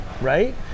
right